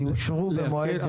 יאושרו במועד זה.